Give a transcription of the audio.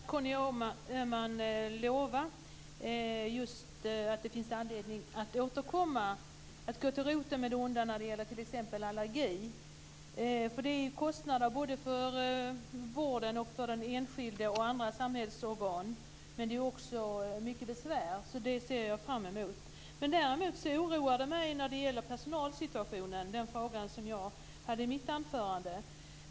Fru talman! Det är positivt att Conny Öhman lovar att återkomma och gå till roten med det onda när det gäller t.ex. allergier. De innebär kostnader för den enskilde, vården och flera samhällsorgan. Det är också mycket besvärande. Det ser jag fram emot. Däremot är jag orolig för personalsituationen, den fråga som jag tog upp i mitt anförande.